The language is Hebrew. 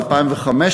2005,